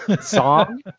song